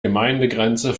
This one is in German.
gemeindegrenze